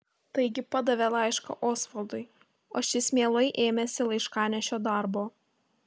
taigi padavė laišką osvaldui o šis mielai ėmėsi laiškanešio darbo